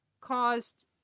caused